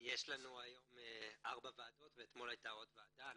יש לנו היום ארבע ועדות ואתמול הייתה עוד ועדה.